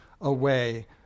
away